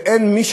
וגם אין מי,